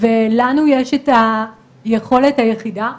לנו יש את היכולת היחידה,